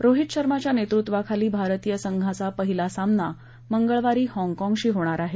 रोहित शर्माच्या नेतृत्वाखाली भारतीय संघांचा पहिला सामना मंगळवारी हाँगकाँगशी होणार आहे